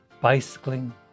bicycling